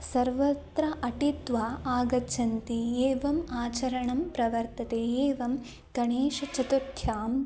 सर्वत्र अटित्वा आगच्छन्ति एवम् आचरणं प्रवर्तते एवं गणेशचतुर्थ्यां